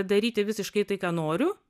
daryti visiškai tai ką noriu